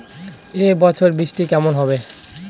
এবছর বৃষ্টি কেমন হবে?